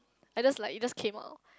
I just like it just came out